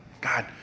God